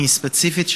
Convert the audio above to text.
הפעם ספציפית,